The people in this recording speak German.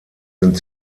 sind